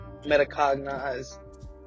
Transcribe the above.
metacognize